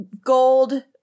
gold